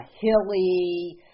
hilly